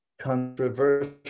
controversial